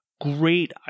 Great